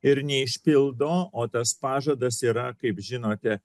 ir neišpildo o tas pažadas yra kaip žinote